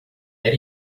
era